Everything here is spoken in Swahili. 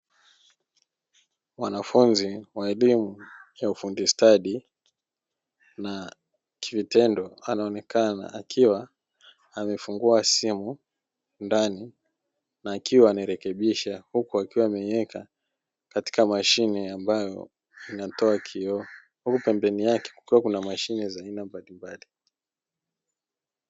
Wanafunzi wa elimu ya ufundi stadi na kitendo , anaonekana akiwa amefungua simu ndani na akiwa anairekebisha huku akiwa ameiweka katika mashine ambayo inatoa kioo. Huku pembeni yake kukiwa na mashine za aina mbalimbali.